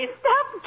stop